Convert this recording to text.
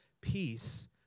peace